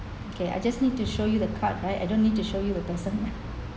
okay I just need to show you the card right I don't need to show you the person lah